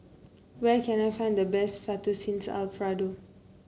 where can I find the best Fettuccine Alfredo